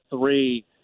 three